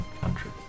country